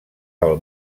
del